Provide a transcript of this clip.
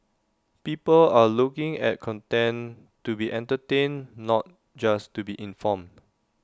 people are looking at content to be entertained not just to be informed